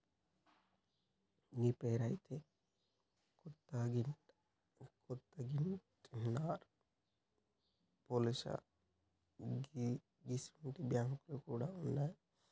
గీ పేరైతే కొత్తగింటన్నరా పోశాలూ గిసుంటి బాంకులు గూడ ఉన్నాయా